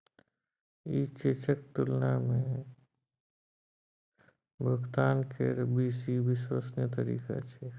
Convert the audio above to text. ई चेकक तुलना मे भुगतान केर बेसी विश्वसनीय तरीका छै